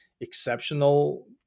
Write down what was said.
exceptional